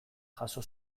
jaso